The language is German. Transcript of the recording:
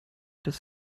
des